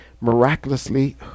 miraculously